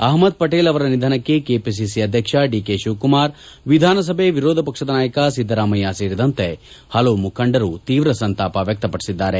ಅಹ್ಮದ್ ಪಟೇಲ್ ಅವರ ನಿಧನಕ್ಕೆ ಕೆಪಿಸಿಸಿ ಅಧ್ಯಕ್ಷ ಡಿಕೆ ಶಿವಕುಮಾರ್ ವಿಧಾನಸಭೆ ವಿರೋಧ ಪಕ್ಷದ ನಾಯಕ ಸಿದ್ದರಾಮಯ್ಯ ಸೇರಿದಂತೆ ಹಲವು ಮುಖಂಡರು ತೀವ್ರ ಸಂತಾಪ ಸೂಚಿಸಿದ್ದಾರೆ